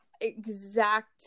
exact